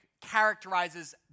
characterizes